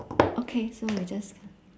okay so we just